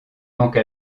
manque